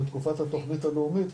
בתקופת התוכנית הלאומית,